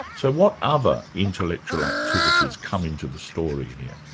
so what other intellectual activities come into the story here?